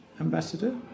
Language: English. ambassador